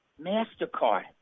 MasterCard